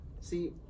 See